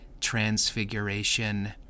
transfiguration